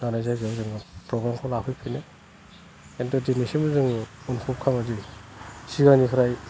जानाय जायगायाव प्रग्रामखौ लाफैफिनो खिन्थु दिनैसिम अनुभब खामो दि सिगांनिफ्राय